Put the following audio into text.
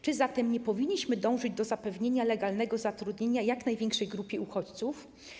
Czy zatem nie powinniśmy dążyć do zapewnienia legalnego zatrudnienia jak największej grupie uchodźców?